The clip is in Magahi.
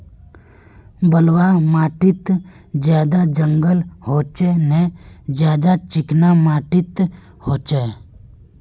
बलवाह माटित ज्यादा जंगल होचे ने ज्यादा चिकना माटित होचए?